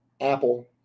Apple